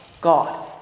God